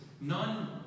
None